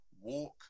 walk